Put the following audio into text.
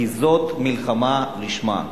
כי זאת מלחמה לשמה,